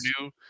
new